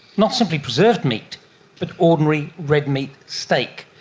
not simply preserved meat but ordinary red meat steak.